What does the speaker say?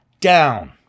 down